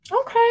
Okay